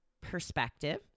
perspective